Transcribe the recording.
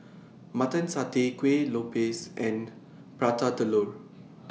Mutton Satay Kueh Lopes and Prata Telur